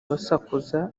basakuza